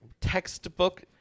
textbook